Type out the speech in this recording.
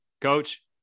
coach